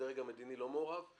הדרג המדיני לא מעורב?